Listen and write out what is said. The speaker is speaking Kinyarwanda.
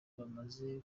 bamaze